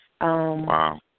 Wow